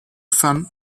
son